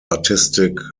artistic